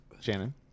Shannon